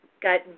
got